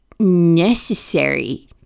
necessary